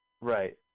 right